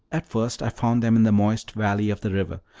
at first i found them in the moist valley of the river,